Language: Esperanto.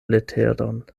leteron